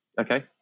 okay